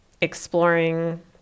exploring